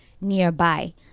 nearby